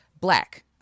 black